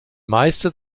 meiste